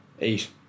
eight